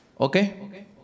Okay